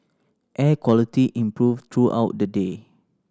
air quality improved throughout the day